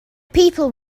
people